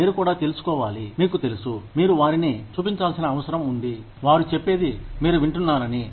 మీరు కూడా తెలుసుకోవాలి మీకు తెలుసు మీరు వారిని చూపించాల్సిన అవసరం ఉంది వారు చెప్పేది మీరు వింటున్నారని